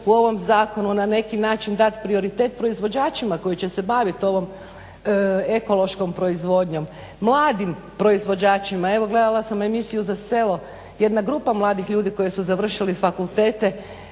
u ovom zakonu na neki način dat prioritet proizvođačima koji će se baviti ovom ekološkom proizvodnjom, mladim proizvođačima. Evo gledala sam emisiju za selo, jedna grupa mladih ljudi koji su završili fakultete